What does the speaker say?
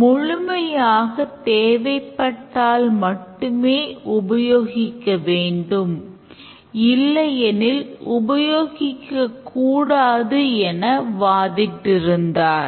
முழுமையாக தேவைப்பட்டால் மட்டுமே உபயோகிக்க வேண்டும் இல்லையெனில் உபயோகிக்கக் கூடாது என வாதிட்டிருந்தார்